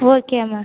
okay ma'am